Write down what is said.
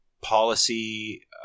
policy –